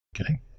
Okay